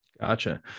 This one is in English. Gotcha